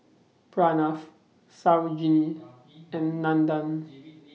Pranav Sarojini and Nandan